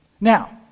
Now